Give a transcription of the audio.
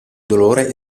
dolore